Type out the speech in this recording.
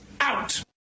out